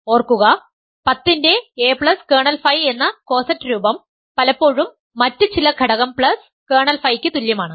ഓർക്കുക പത്തിൻറെ a plus kernel phi എന്ന കോസെറ്റ് രൂപം പലപ്പോഴും മറ്റ് ചില ഘടകം കേർണൽ ഫൈയ്ക് തുല്യമാണ്